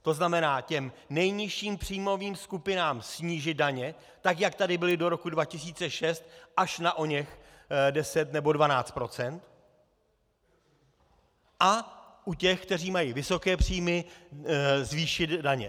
To znamená těm nejnižším příjmovým skupinám snížit daně tak, jak tady byly do roku 2006, až na oněch 10 nebo 12 % a u těch, kteří mají vysoké příjmy, zvýšit daně.